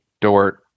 Dort